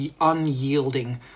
unyielding